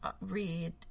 Read